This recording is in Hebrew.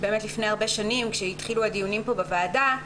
לפני הרבה שנים, כשהתחילו הדיונים בוועדה,